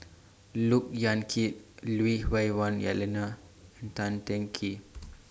Look Yan Kit Lui Hah Wah Elena and Tan Teng Kee